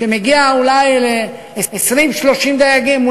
שמגיע אולי ל-20 30 דייגים,